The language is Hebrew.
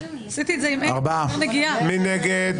מי נגד?